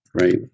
right